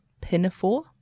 pinafore